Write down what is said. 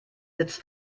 sitzt